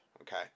okay